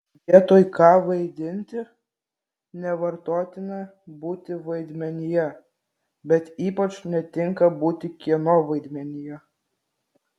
vietoj ką vaidinti nevartotina būti vaidmenyje bet ypač netinka būti kieno vaidmenyje